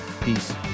Peace